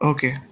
Okay